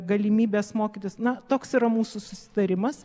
galimybės mokytis na toks yra mūsų susitarimas